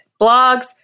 Blogs